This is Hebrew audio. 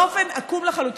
באופן עקום לחלוטין,